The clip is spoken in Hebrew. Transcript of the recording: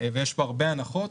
ויש פה הרבה הנחות,